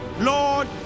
lord